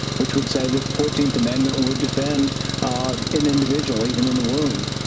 which would say that the fourteenth amendment would defend an individual even in the womb.